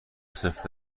سفت